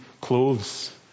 clothes